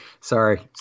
sorry